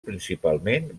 principalment